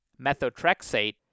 methotrexate